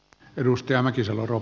arvoisa puhemies